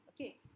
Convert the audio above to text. Okay